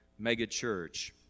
megachurch